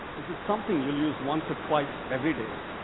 is it something you will use once or twice every day,